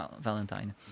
Valentine